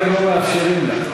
אתם לא מאפשרים לה.